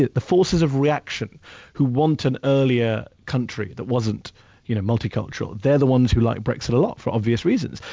the the forces of reaction who wanted earlier country that wasn't you know multicultural, they're the ones who like brexit a lot for obvious reasons.